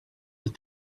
that